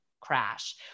crash